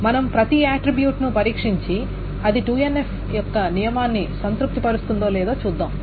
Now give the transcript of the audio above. మనం ప్రతి ఆట్రిబ్యూట్ ని పరీక్షించి అది 2NF యొక్క నియమాన్ని సంతృప్తిపరుస్తుందో లేదో చూస్తాం